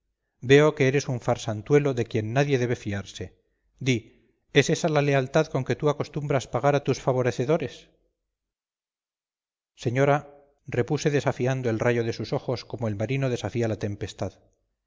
veo que eres un farsantuelo de quien nadie debe fiarse di es esa la lealtad con que tú acostumbras pagar a tus favorecedores señora repuse desafiando el rayo de sus ojos como el marino desafía la tempestad